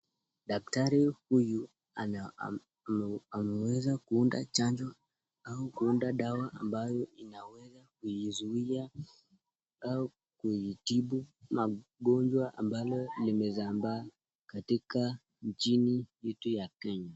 Daktari huyu ameweza kuunda chanjo au kuunda dawa ambayo inaweza kuizuia au kuitibu magonjwa ambalo limezambaa katika nchini yetu ya Kenya.